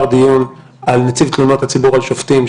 דיון על נציב תלונות הציבור על שופטים,